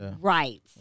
Right